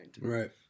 Right